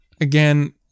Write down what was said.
again